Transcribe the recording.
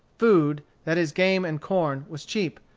food, that is game and corn, was cheap.